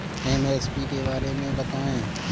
MSP के बारे में बतायें?